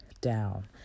down